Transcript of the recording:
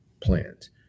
plans